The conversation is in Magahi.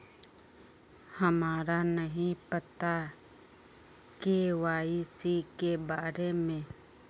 हमरा नहीं पता के.वाई.सी के बारे में?